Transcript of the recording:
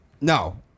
no